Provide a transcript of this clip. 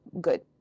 good